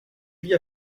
vit